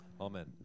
Amen